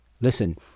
Listen